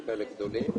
להגיע, בפקקים,